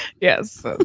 yes